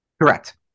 Correct